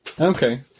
Okay